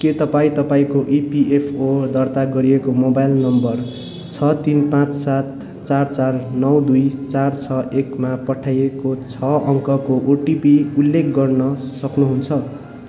के तपाईँ तपाईँको इपिएफओ दर्ता गरिएको मोबाइल नम्बर छ तिन पाँच सात चार चार नौ दुई चार छ एकमा पठाइएको छ अङ्कको ओटिपी उल्लेख गर्न सक्नुहुन्छ